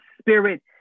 Spirit